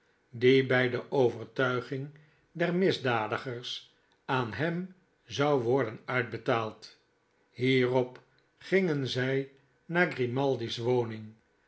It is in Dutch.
die bij de overtuiging der misdadigers aan hem zou worden uitbetaald hierop gingen zij naar grimaldi's woning